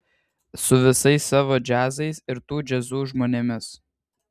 su visais savo džiazais ir tų džiazų žmonėmis